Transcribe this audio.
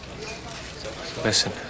Listen